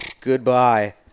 goodbye